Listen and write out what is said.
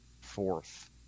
fourth